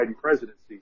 presidency